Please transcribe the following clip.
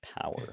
power